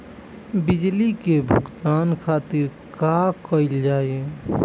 बिजली के भुगतान खातिर का कइल जाइ?